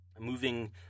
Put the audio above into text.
Moving